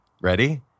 ready